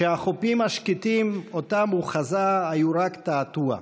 שהחופים השקטים שאותם הוא חזה היו רק תעתוע,